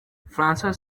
françois